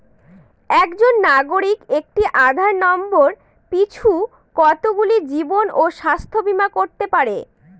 একজন নাগরিক একটি আধার নম্বর পিছু কতগুলি জীবন ও স্বাস্থ্য বীমা করতে পারে?